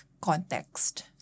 context